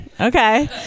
Okay